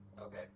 Okay